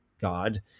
God